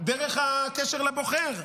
דרך הקשר לבוחר.